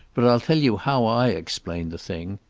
but i'll tell you how i explain the thing.